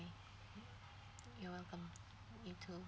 you're welcome you too